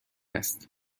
است